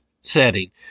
setting